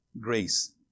grace